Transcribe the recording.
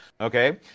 Okay